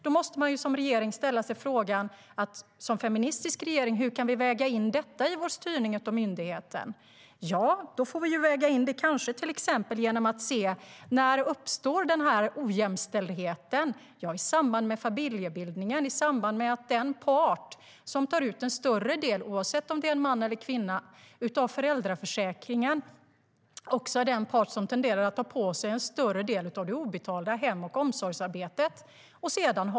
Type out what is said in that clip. Regeringen måste då fråga sig hur man som en feministisk regering kan väga in ett sådant mål i styrningen av myndigheten. Då får regeringen överväga när denna ojämställdhet uppstår. Jo, i samband med familjebildning, och det är den part som tar ut en större del - oavsett om det är en man eller kvinna - av föräldraförsäkringen som också är den part som tenderar att ta på sig en större del av det obetalda hem och omsorgsarbetet.